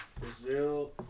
Brazil